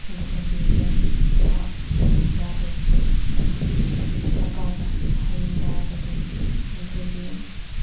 ꯁꯦꯟꯊꯣꯛ ꯂꯝꯕꯤꯁꯤ ꯀꯌꯥ ꯈꯨꯗꯣꯡꯆꯥꯗꯦ ꯑꯗꯨꯅ ꯁꯔꯀꯥꯔꯗ ꯍꯥꯏꯅꯤꯡꯕ ꯍꯥꯏꯔꯒꯗꯤ ꯑꯩꯈꯣꯏꯒꯤ